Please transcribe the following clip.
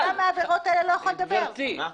בבקשה,